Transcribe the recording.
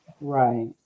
Right